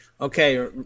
Okay